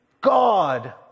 God